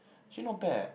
actually not bad eh